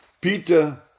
Peter